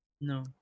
No